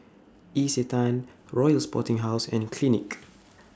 Isetan Royal Sporting House and Clinique